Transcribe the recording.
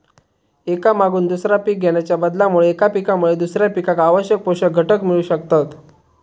एका मागून दुसरा पीक घेणाच्या बदलामुळे एका पिकामुळे दुसऱ्या पिकाक आवश्यक पोषक घटक मिळू शकतत